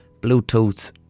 Bluetooth